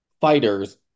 fighters